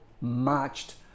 marched